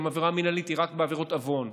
היום עבירה מינהלית היא רק בעבירות עוון,